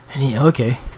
Okay